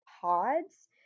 pods